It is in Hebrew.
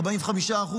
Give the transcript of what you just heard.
45%,